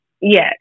Yes